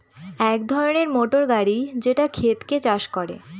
এক ধরনের মোটর গাড়ি যেটা ক্ষেতকে চাষ করে